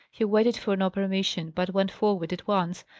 he waited for no permission, but went forward at once,